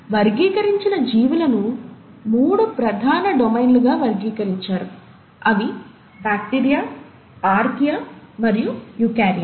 ఈనాడు వర్గీకరించిన జీవులను మూడు ప్రధాన డొమైన్లుగా వర్గీకరించారు అవి బ్యాక్టీరియా ఆర్కియా మరియు యూకారియా